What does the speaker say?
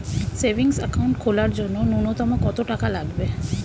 Savings account খোলার জন্য নূন্যতম কত টাকা লাগবে?